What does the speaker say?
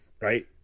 right